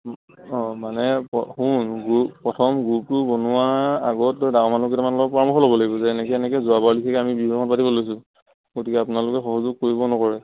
অঁ মানে শুন গ্ৰুপ প্ৰথম গ্ৰুপটো বনোৱাৰ আগত তই ডাঙৰ মানুহ কেইটামানৰ লগত তই পৰামৰ্শ ল'ব লাগিব যে এনেকে এনেকে যোৱাবাৰৰ লেখিয়াকৈ আমি বিহুখন পাতিব লৈছোঁ গতিকে আপোনালোকে সহযোগ কৰিব নকৰে